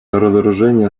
разоружению